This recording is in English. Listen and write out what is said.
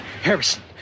Harrison